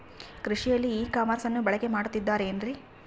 ಕೃಷಿಯಲ್ಲಿ ಇ ಕಾಮರ್ಸನ್ನ ಬಳಕೆ ಮಾಡುತ್ತಿದ್ದಾರೆ ಏನ್ರಿ?